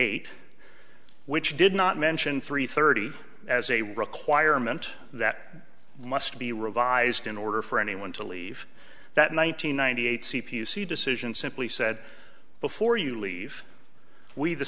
eight which did not mention three thirty as a requirement that must be revised in order for anyone to leave that nine hundred ninety eight c p c decision simply said before you leave we the